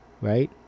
right